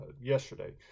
yesterday